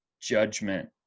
judgment